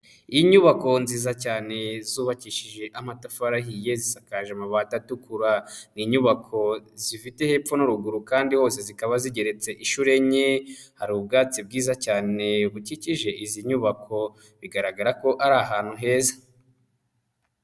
Inyubako nziza cyane zubakishije amatafari ahiye, zisakaje amabati atukura, ni inyubako zifite hepfo n'uruguru kandi hose zikaba zigeretse inshuro enye, hari ubwatsi bwiza cyane bukikije izi nyubako bigaragara ko ari ahantu heza.